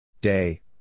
Day